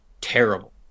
Terrible